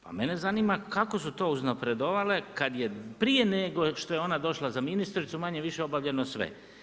Pa mene zanima kako su to uznapredovale kad je prije nego je ona došla za ministricu, manje-više obavljeno sve.